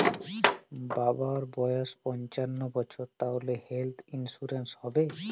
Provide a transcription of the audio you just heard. বাবার বয়স পঞ্চান্ন বছর তাহলে হেল্থ ইন্সুরেন্স হবে?